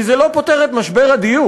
כי זה לא פותר את משבר הדיור.